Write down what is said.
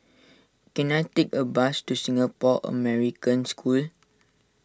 can I take a bus to Singapore American School